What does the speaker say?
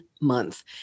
month